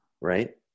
Right